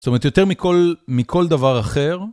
זאת אומרת, יותר מכל... מכל דבר אחר...